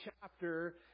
chapter